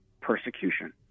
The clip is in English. persecution